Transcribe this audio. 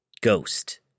Ghost